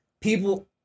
People